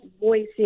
voicing